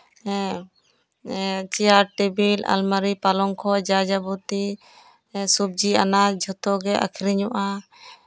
chair table ᱟᱞᱢᱟᱨᱤ ᱯᱟᱞᱚᱝᱠᱷᱚ ᱡᱟ ᱡᱟᱵᱚᱛᱤ ᱥᱚᱵᱡᱤ ᱟᱱᱟᱡᱽ ᱡᱷᱚᱛᱚ ᱜᱮ ᱟᱠᱷᱨᱤᱧᱚᱜᱼᱟ